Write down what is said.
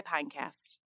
Pinecast